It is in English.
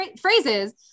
phrases